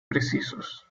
precisos